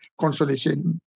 consolation